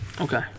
Okay